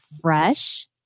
fresh